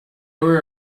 were